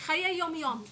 חיי יום יום,